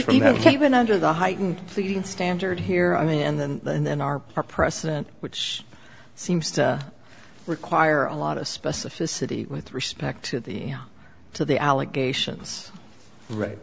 been under the heightened pleading standard here i mean and then and then are our precedent which seems to require a lot of specificity with respect to the to the allegations right